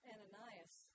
Ananias